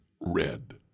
red